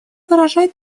выражает